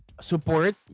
support